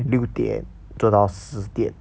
六点做到十点